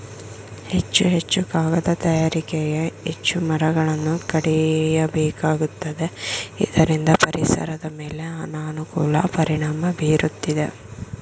ಹೆಚ್ಚು ಹೆಚ್ಚು ಕಾಗದ ತಯಾರಿಕೆಗೆ ಹೆಚ್ಚು ಮರಗಳನ್ನು ಕಡಿಯಬೇಕಾಗುತ್ತದೆ ಇದರಿಂದ ಪರಿಸರದ ಮೇಲೆ ಅನಾನುಕೂಲ ಪರಿಣಾಮ ಬೀರುತ್ತಿದೆ